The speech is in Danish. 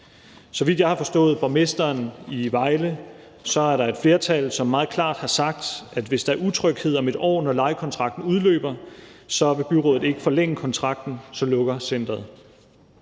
Så vidt jeg har forstået det på borgmesteren i Vejle, er der et flertal, som meget klart har sagt, at hvis der er utryghed om et år, når lejekontrakter udløber, så vil byrådet ikke forlænge kontrakten. Så lukker centeret.